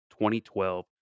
2012